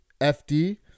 FD